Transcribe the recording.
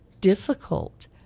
difficult